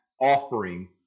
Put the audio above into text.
offering